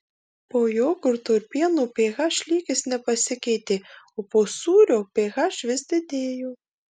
po jogurto ir pieno ph lygis nepasikeitė o po sūrio ph vis didėjo